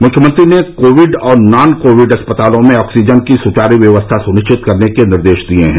मुख्यमंत्री ने कोविड और नॉन कोविड अस्पतालों में ऑक्सीजन की सुचारू व्यवस्था सुनिश्चित करने के निर्देश दिए हैं